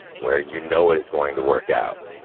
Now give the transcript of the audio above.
where you know it is going to work out.